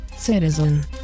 citizen